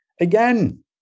Again